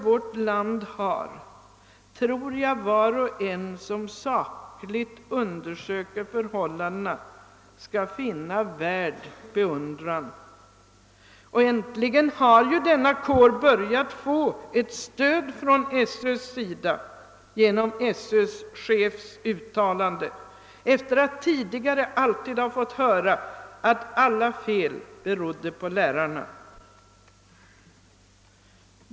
Jag tror att var och en som sakligt undersöker förhållandena skall finna att den lärarkår vårt land har är värd beundran. Äntligen har denna kår börjat få stöd från Sö:s sida genom Söchefens uttalande efter att tidigare alltid ha fått höra att alla fel berodde på lärarna.